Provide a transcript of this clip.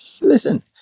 Listen